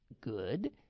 good